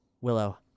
Willow